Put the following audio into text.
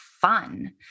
fun